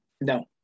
No